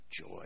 joy